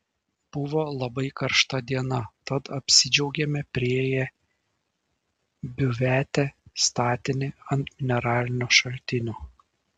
buvo labai karšta diena tad apsidžiaugėme priėję biuvetę statinį ant mineralinio šaltinio